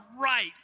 right